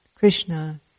Krishna